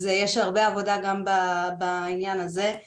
אז גם בעניין הזה יש הרבה עבודה.